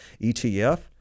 ETF